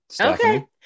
Okay